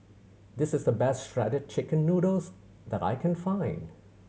this is the best Shredded Chicken Noodles that I can find